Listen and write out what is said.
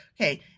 Okay